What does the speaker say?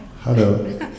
Hello